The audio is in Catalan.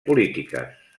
polítiques